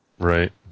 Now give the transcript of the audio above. Right